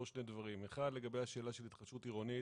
שני דברים: 1. לגבי השאלה של התחדשות עירונית